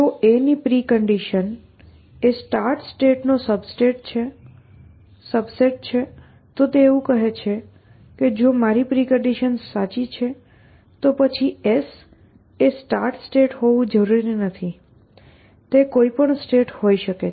જો A ની precondition એ સ્ટાર્ટ સ્ટેટ નો સબસેટ છે તો તે એવું કહે છે કે જો મારી પ્રિકન્ડિશન્સ સાચી છે તો પછી S એ સ્ટાર્ટ સ્ટેટ હોવું જરૂરી નથી તે કોઈ પણ સ્ટેટ હોઈ શકે છે